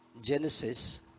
Genesis